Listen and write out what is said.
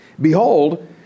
Behold